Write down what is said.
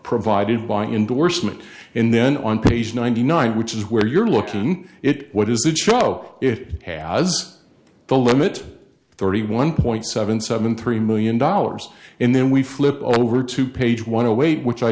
provided by indorsement in then on page ninety nine which is where you're looking in it what does it show it has the limit thirty one point seven seven three million dollars in then we flip over to page one away which i